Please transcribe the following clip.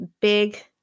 big